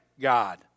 God